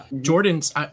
Jordan's